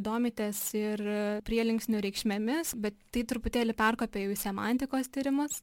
domitės ir prielinksnių reikšmėmis bet tai truputėlį perkopia jau į semantikos tyrimus